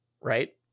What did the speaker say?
right